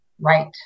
Right